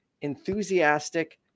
enthusiastic